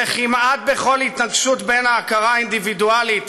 וכמעט בכל התנגשות בין ההכרה האינדיבידואלית